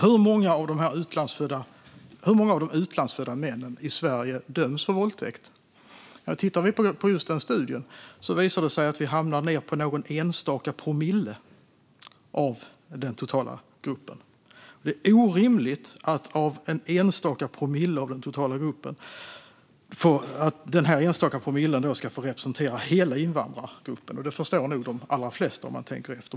Hur många av de utlandsfödda männen i Sverige döms för våldtäkt? I just den studien landar det på någon enstaka promille av den totala gruppen. Det är orimligt att den enstaka promillen ska få representera hela invandrargruppen. Det förstår nog de allra flesta, om de tänker efter.